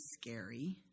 scary